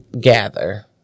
gather